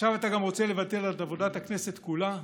עכשיו אתה גם רוצה לבטל את עבודת הכנסת כולה?